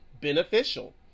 beneficial